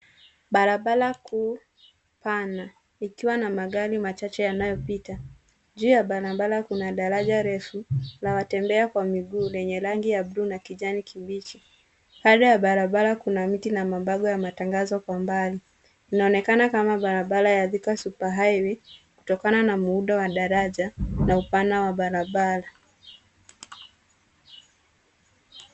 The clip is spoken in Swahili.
Barabara kuu, pana, ikiwa na magari machache yanayopita. Juu ya barabara kuna daraja refu, la watembea kwa miguu, lenye rangi ya bluu na kijani kibichi. Kando ya barabara kuna miti na mabango ya matangazo kwa umbali. Inaonekana kama barabara ya Thika superhighway , kutokana na muundo wa daraja, na upana wa barabara.